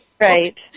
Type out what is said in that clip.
Right